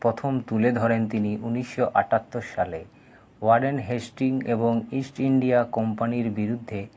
প্রথম তুলে ধরেন তিনি উনিশশো আঠাত্তর সালে ওয়ারেন হেস্টিং এবং ইস্ট ইন্ডিয়া কোম্পানির বিরুদ্ধে